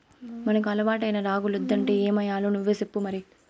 మనకు అలవాటైన రాగులొద్దంటే ఏమయ్యాలో నువ్వే సెప్పు మరి